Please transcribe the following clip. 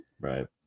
Right